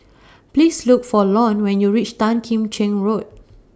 Please Look For Lon when YOU REACH Tan Kim Cheng Road